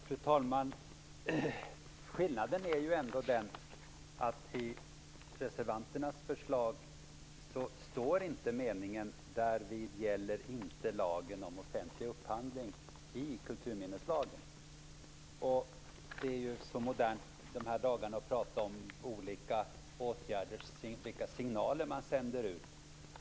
Fru talman! Skillnaden är ju ändå att i reservanternas förslag står inte meningen "Därvid gäller inte lagen om offentlig upphandling i kulturminneslagen". Det är ju så modernt i dessa dagar att tala om vilka signaler man sänder ut.